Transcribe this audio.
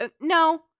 No